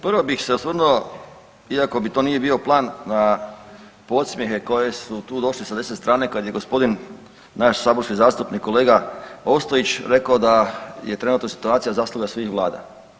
Prvo bih se osvrnuo iako mi to nije bio plan na podsmjehe koji su tu došli sa desne strane kada je gospodin naš saborski zastupnik kolega Ostojić rekao da je trenutna situacija zasluga svih vlada.